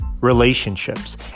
relationships